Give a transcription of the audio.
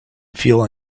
feel